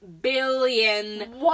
billion